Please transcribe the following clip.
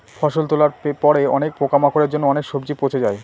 ফসল তোলার পরে অনেক পোকামাকড়ের জন্য অনেক সবজি পচে যায়